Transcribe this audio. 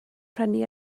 prynu